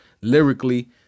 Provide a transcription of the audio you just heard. lyrically